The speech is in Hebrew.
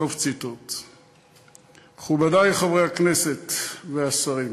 מכובדי חברי הכנסת והשרים,